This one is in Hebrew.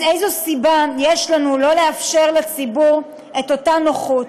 אז איזו סיבה יש לנו שלא לאפשר לציבור את אותה נוחות?